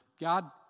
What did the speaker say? God